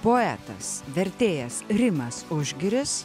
poetas vertėjas rimas užgiris